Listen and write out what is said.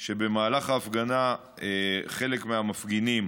כי במהלך ההפגנה חלק מהמפגינים,